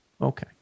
Okay